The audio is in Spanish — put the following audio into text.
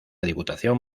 diputación